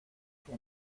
que